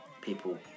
people